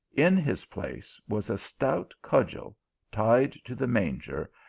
in his place was a stout cudgel tied to the manger,